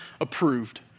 approved